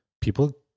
People